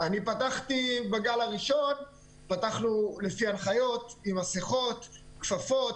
אני פתחתי בגל הראשון לפי ההנחיות: מסכות, כפפות,